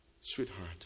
Sweetheart